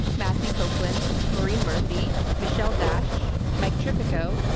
matthew copeland, maureen murphy, michelle dash mike tripaco.